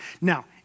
Now